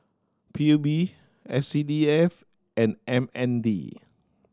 P U B S C D F and M N D